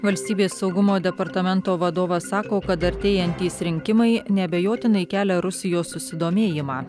valstybės saugumo departamento vadovas sako kad artėjantys rinkimai neabejotinai kelia rusijos susidomėjimą